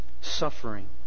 suffering